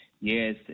Yes